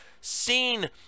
seen